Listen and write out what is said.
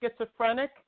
schizophrenic